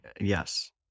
Yes